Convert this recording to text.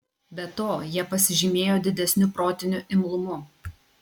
be to jie pasižymėjo didesniu protiniu imlumu